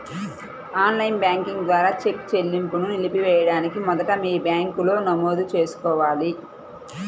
on line banking ద్వారా cheque చెల్లింపును నిలిపివేయడానికి మొదట మీ బ్యాంకులో నమోదు చేసుకోవాలి